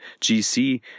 GC